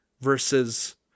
versus